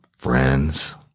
friends